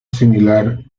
similar